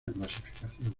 clasificación